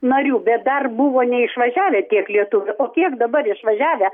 narių bet dar buvo neišvažiavę tiek lietuvių o kiek dabar išvažiavę